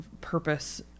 purpose